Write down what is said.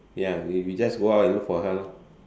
ya we we just go out look for her